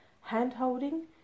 hand-holding